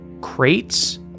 crates